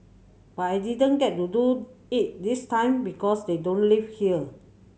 but I didn't get to do it this time because they don't live here